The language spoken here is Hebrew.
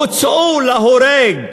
הוצאו להורג.